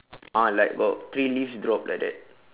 ah like got three leaves drop like that